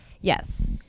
yes